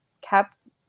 kept